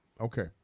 Okay